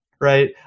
Right